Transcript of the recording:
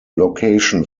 location